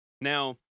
Now